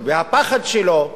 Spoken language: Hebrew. והפחד שלו,